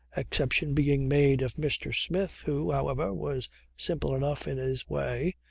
exception being made of mr. smith who, however, was simple enough in his way,